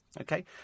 Okay